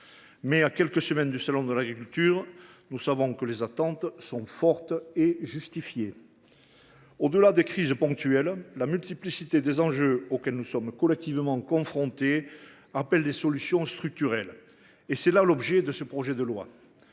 à quelques semaines du salon de l’agriculture, nous savons que les attentes sont aussi fortes que justifiées. Au delà des crises ponctuelles, la multiplicité des enjeux auxquels nous sommes collectivement confrontés appelle des solutions structurelles. Tel est l’objet de ce projet de loi.